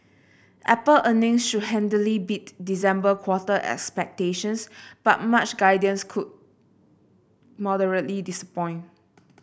apple earnings should handily beat December quarter expectations but March guidance could moderately disappoint